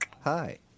Hi